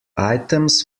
items